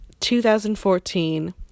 2014